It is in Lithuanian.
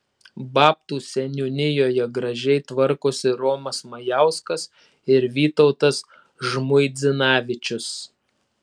babtų seniūnijoje gražiai tvarkosi romas majauskas ir vytautas žmuidzinavičius